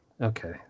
Okay